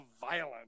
Violent